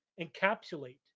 encapsulate